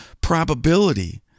probability